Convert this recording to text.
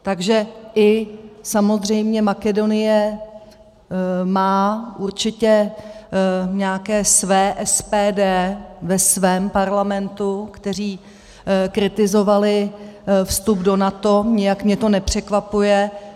Takže samozřejmě i Makedonie má určitě i nějaké to své SPD ve svém parlamentu, kteří kritizovali vstup do NATO, nijak mě to nepřekvapuje.